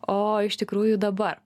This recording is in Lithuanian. o iš tikrųjų dabar